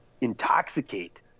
intoxicate